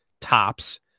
Tops